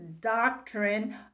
doctrine